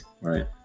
right